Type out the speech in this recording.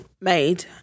made